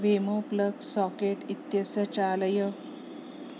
वीमो plug socket इत्यस्य चालय